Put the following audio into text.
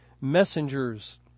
messengers